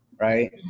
right